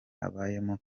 abayemo